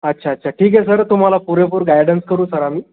अच्छा अच्छा ठीक आहे सर तुम्हाला पुरेपूर गायडन्स करू सर आम्ही